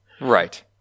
Right